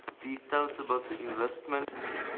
details about the investment.